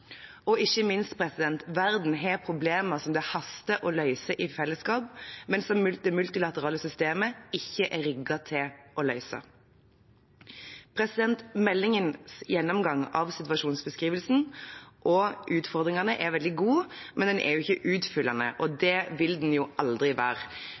systemet ikke er rigget til å løse. Meldingens gjennomgang av situasjonsbeskrivelsen og utfordringene er veldig god, men den er ikke utfyllende, og det vil den aldri være.